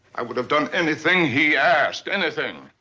i would've done anything he asked! anything!